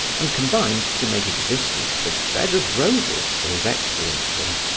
and combined to make existence a bed of roses to his excellency.